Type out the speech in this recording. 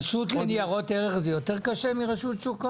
רשות לניירות ערך יותר קשה מרשות שוק ההון?